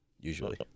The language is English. usually